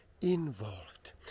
Involved